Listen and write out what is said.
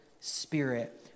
spirit